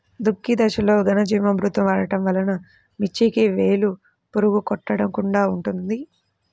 దుక్కి దశలో ఘనజీవామృతం వాడటం వలన మిర్చికి వేలు పురుగు కొట్టకుండా ఉంటుంది?